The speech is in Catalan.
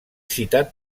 citat